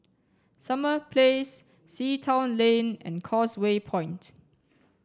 Summer Place Sea Town Lane and Causeway Point